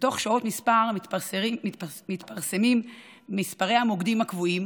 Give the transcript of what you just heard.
בתוך שעות מספר מתפרסמים מספרי המוקדים הקבועים